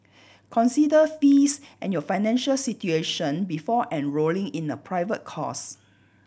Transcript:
consider fees and your financial situation before enrolling in a private course